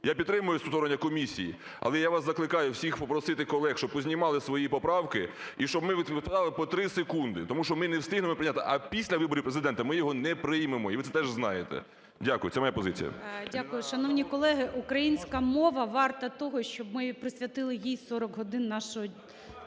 Я підтримую створення комісії, але я вас закликаю всіх попросити колег, щоб познімали свої поправки, і щоб ми витрачали по три секунди, тому що ми не встигнемо прийняти. А після виборів Президента ми його не приймемо, і ви це теж знаєте. Дякую. Це моя позиція. ГОЛОВУЮЧИЙ. Дякую. Шановні колеги, українська мова варта того, щоб ми присвятили їй 40 годин нашого часу.